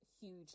huge